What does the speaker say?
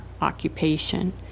occupation